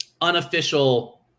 unofficial